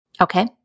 Okay